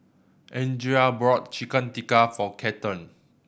Andria bought Chicken Tikka for Cathern